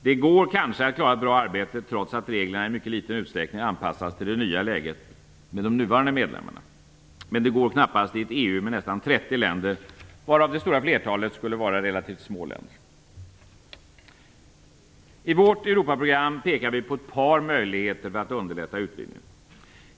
Det går kanske att klara ett bra arbete trots att reglerna i mycket liten utsträckning har anpassats till det nya läget med de nuvarande medlemmarna, men det går knappast i ett EU med nästan 30 länder, varav det stora flertalet skulle vara relativt små. I vårt Europaprogram pekar vi på ett par möjligheter att underlätta utvidgningen.